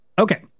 Okay